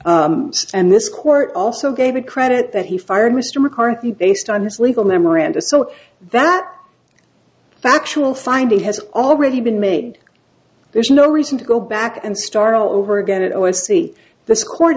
and and this court also gave it credit that he fired mr mccarthy based on his legal memoranda so that factual finding has already been made there's no reason to go back and start all over again and over and see this court